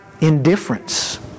indifference